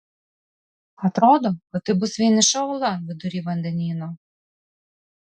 atrodo kad tai bus vieniša uola vidury vandenyno